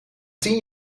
tien